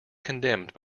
condemned